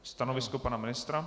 Stanovisko pana ministra?